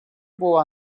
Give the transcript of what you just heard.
buvo